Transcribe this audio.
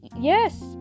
Yes